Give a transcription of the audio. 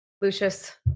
Lucius